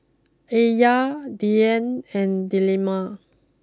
Alya Dian and Delima